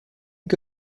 que